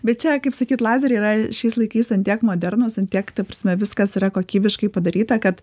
bet čia kaip sakyt lazeriai yra šiais laikais ant tiek modernūs ant tiek ta prasme viskas yra kokybiškai padaryta kad